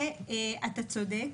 אתה צודק.